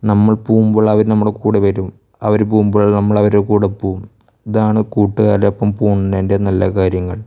നമ്മൾ പോവുമ്പോൾ നമ്മുടെ കൂടെ വരും അവര് പോകുമ്പഴും നമ്മള് അവരുടെ കൂടെ പോവും ഇതാണ് കൂട്ടുകാരുടൊപ്പം പോകുന്നതിൻ്റെ നല്ല കാര്യങ്ങൾ